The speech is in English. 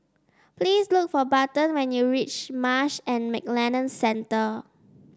please look for Barton when you reach Marsh and McLennan Centre